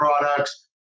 products